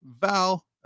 val